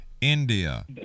India